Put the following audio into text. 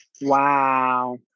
Wow